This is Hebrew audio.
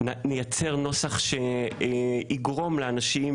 נייצר נוסח שיגרום לאנשים